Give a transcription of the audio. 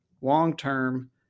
long-term